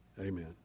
Amen